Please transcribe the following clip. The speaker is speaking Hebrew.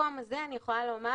ובמקום הזה אני יכולה לומר